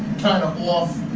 kind of off.